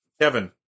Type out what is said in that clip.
Kevin